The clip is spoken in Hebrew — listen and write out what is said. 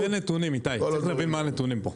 אין הנתונים איתי, צריך להבין מה הנתונים פה.